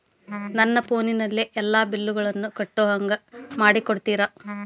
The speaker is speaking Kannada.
ನನ್ನ ಫೋನಿನಲ್ಲೇ ಎಲ್ಲಾ ಬಿಲ್ಲುಗಳನ್ನೂ ಕಟ್ಟೋ ಹಂಗ ಮಾಡಿಕೊಡ್ತೇರಾ?